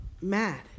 mad